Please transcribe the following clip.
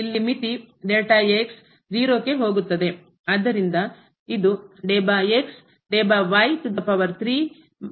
ಇಲ್ಲಿ ಮಿತಿ 0 ಕ್ಕೆ ಹೋಗುತ್ತದೆ